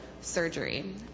surgery